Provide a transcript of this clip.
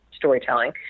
storytelling